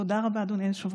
תודה רבה, אדוני היושב-ראש.